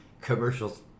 commercials